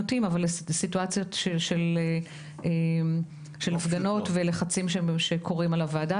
גם לסיטואציות של לחצים על הוועדה.